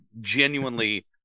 Genuinely